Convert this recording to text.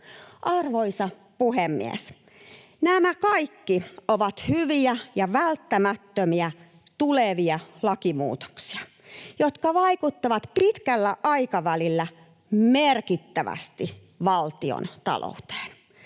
Arvoisa puhemies! Nämä kaikki ovat hyviä ja välttämättömiä tulevia lakimuutoksia, jotka vaikuttavat pitkällä aikavälillä merkittävästi valtion talouteen.